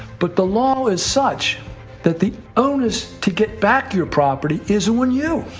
but the law is such that the onus to get back your property is on you!